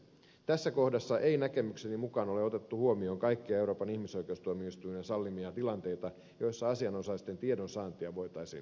tässä kohdassa ei näkemykseni mukaan ole otettu huomioon kaikkia euroopan ihmisoikeustuomioistuimen sallimia tilanteita joissa asianosaisten tiedonsaantia voitaisiin rajoittaa